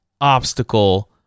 obstacle